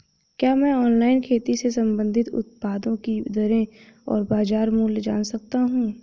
क्या मैं ऑनलाइन खेती से संबंधित उत्पादों की दरें और बाज़ार मूल्य जान सकता हूँ?